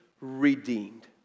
redeemed